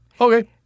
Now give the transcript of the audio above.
Okay